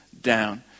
down